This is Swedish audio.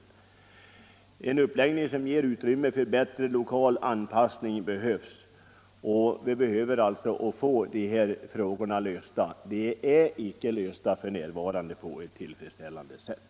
En uppläggning som ger utrymme för bättre lokal anpassning erfordras, och vi behöver alltså få de här frågorna lösta. De är icke lösta f.n. på ett tillfredsställande sätt.